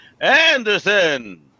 Anderson